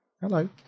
hello